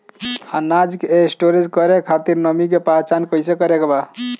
अनाज के स्टोर करके खातिर नमी के पहचान कैसे करेके बा?